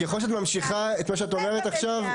ככל שאת ממשיכה את מה שאת אומרת עכשיו,